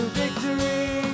victory